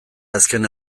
azken